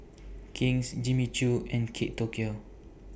King's Jimmy Choo and Kate Tokyo